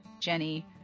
Jenny